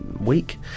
week